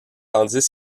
tandis